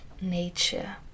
nature